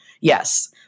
Yes